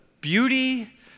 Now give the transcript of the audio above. beauty